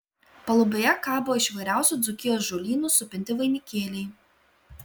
palubėje kabo iš įvairiausių dzūkijos žolynų supinti vainikėliai